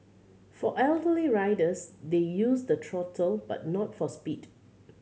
for elderly riders they use the throttle but not for speed